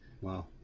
Wow